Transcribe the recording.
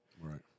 Right